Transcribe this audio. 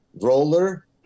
roller